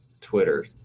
Twitter